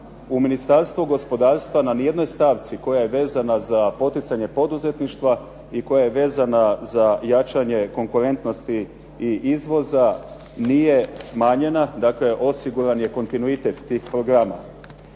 u Ministarstvu gospodarstva na nijednoj stavci koja je vezana za poticanje poduzetništva i koja je vezana za jačanje konkurentnosti i izvoza nije smanjena, dakle osiguran je kontinuitet tih programa.